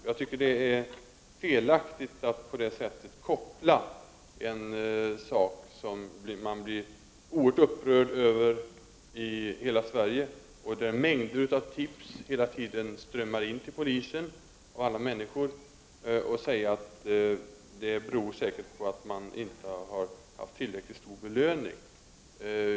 Jag tycker det är felaktigt att på det sättet koppla någonting som man blivit oerhört upprörd över i hela Sverige och där mängder av tips hela tiden strömmar in till polisen med att säga att det beror på att det inte funnits en tillräckligt stor belöning.